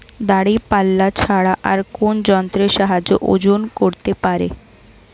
দাঁড়িপাল্লা ছাড়া আর কোন যন্ত্রের সাহায্যে ওজন করতে পারি?